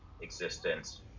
existence